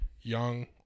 young